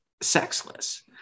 sexless